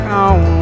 on